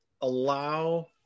Allow